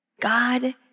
God